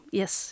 yes